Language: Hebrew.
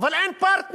אבל אין פרטנר.